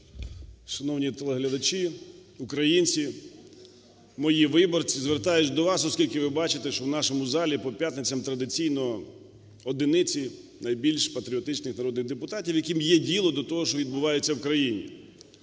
Шановні телеглядачі, українці, мої виборці! Звертаюся до вас, оскільки ви бачите, що в нашому залі по п'ятницям традиційно одиниці найбільш патріотичних народних депутатів, яким є діло до того, що відбувається в країні.